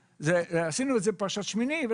עשינו את זה פרשת שמיני.